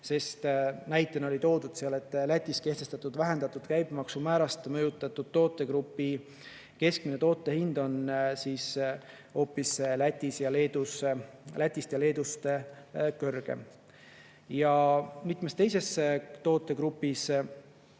Näitena oli toodud seal, et Lätis kehtestatud vähendatud käibemaksumäärast mõjutatud tootegrupi keskmine toote hind on hoopis [Eesti] ja Leedu [omast] kõrgem. Mitmes teises tootegrupis